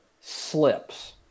slips